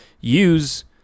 use